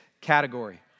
category